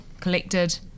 collected